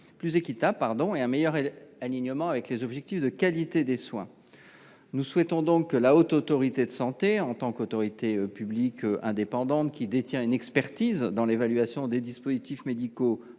plus équitable et un meilleur alignement avec les objectifs de qualité des soins. Nous souhaitons que, en tant qu’autorité publique indépendante, la HAS, qui détient une expertise dans l’évaluation des dispositifs médicaux,